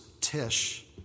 Tish